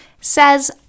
says